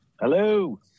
Hello